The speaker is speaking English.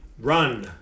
Run